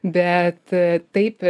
bet a taip